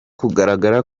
kugaragara